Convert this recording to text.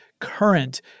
current